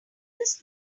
this